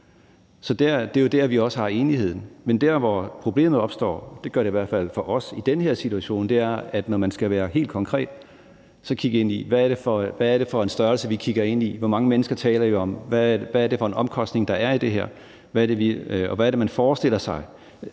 Det er jo der, vi er enige. Men der, hvor problemet opstår – det gør det i hvert fald for os i den her situation – er, når man skal være helt konkret og skal se på: Hvad er det for en størrelse, vi kigger ind i? Hvor mange mennesker taler vi om? Hvad er det for en omkostning, der er i det her? Hvad er det, man forestiller sig?